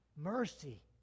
Mercy